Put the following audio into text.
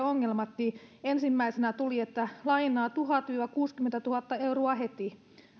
ongelmat niin ensimmäisenä tuli lainaa tuhat kuusikymmentätuhatta euroa heti